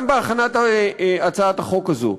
גם בהכנת הצעת החוק הזו,